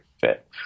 fit